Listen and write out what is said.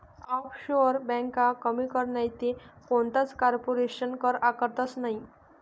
offshore ब्यांका कमी कर नैते कोणताच कारपोरेशन कर आकारतंस नयी